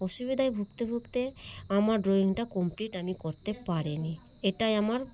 অসুবিধায় ভুগতে ভুগতে আমার ড্রয়িংটা কমপ্লিট আমি করতে পার নি এটাই আমার